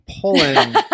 pulling